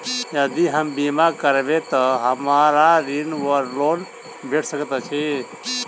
यदि हम बीमा करबै तऽ हमरा ऋण वा लोन भेट सकैत अछि?